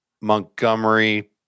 Montgomery